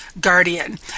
guardian